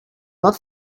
not